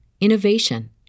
innovation